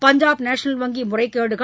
Punjab National வங்கி முறைகேடுகள்